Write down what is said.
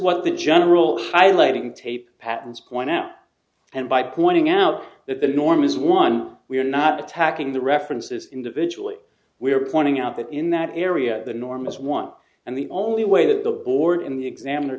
what the general highlighting tape patents point out and by pointing out that the norm is one we are not attacking the references individually we are pointing out that in that area the norm is one and the only way that the board in the examiner